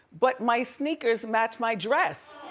but my sneakers match my dress.